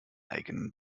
eigenen